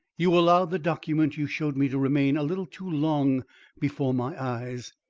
you allowed the document you showed me to remain a little too long before my eyes.